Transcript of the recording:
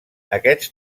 aquests